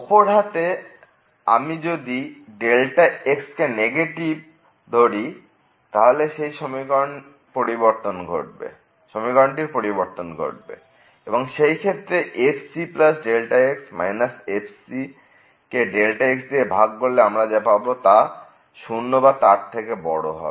অপর হাতে আমি যদি x কে নেগেটিভ তাহলে সেই সমীকরণটির পরিবর্তন ঘটবে এবং সেই ক্ষেত্রে f cx f কে Δx দিয়ে ভাগ করলে আমরা যা পাব তা 0 বা তার থেকে বড় হবে